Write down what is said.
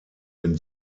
den